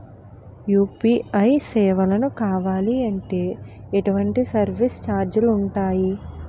UPI సేవలను కావాలి అంటే ఎటువంటి సర్విస్ ఛార్జీలు ఉంటాయి?